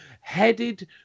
headed